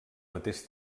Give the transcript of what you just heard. mateix